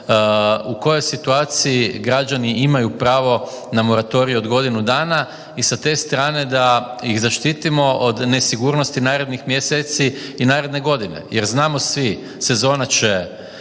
u kojoj situaciji građani imaju pravo na moratorij od godinu dana i sa te strane da ih zaštitimo od nesigurnosti narednih mjeseci i naredne godine. Jer znamo svi sezona će